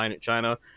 china